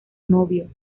novio